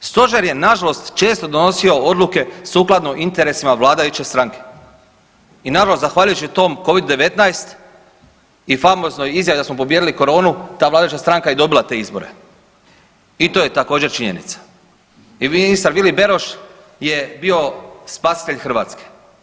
Stožer je nažalost često donosio odluke sukladno interesima vladajuće stranke i naravno zahvaljujući tom covidu-19 i famoznoj izjavi da smo pobijedili koronu ta vladajuća stranka je dobila te izbore i to je također činjenica i ministar Vili Beroš je bio spasitelj Hrvatske.